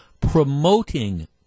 promoting